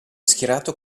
schierato